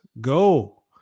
go